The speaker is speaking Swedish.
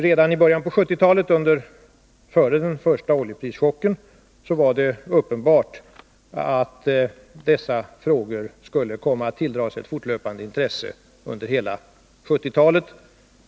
Redan i början av 1970-talet, före den första oljeprischocken, var det uppenbart att dessa frågor skulle tilldra sig ett fortlöpande intresse under hela det kommande årtiondet.